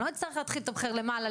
אני לא אצטרך להתחיל לתמחר למעלה,